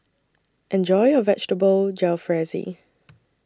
Enjoy your Vegetable Jalfrezi